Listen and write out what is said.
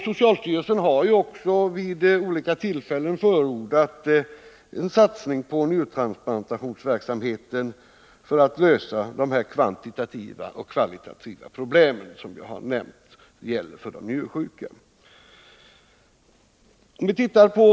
Socialstyrelsen har också vid olika tillfällen förordat en satsning på njurtransplantationsverksamheten för att lösa de kvantitativa och kvalitativa problem som jag har nämnt gäller för de njursjuka.